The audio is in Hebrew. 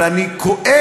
אבל אני כואב,